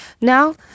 Now